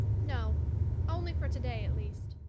no only for today, at least.